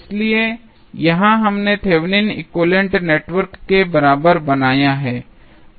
इसलिए यहां हमने Thevenin equivalent Thevenins equivalent network के बराबर बनाया है